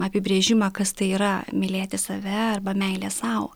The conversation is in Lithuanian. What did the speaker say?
apibrėžimą kas tai yra mylėti save arba meilė sau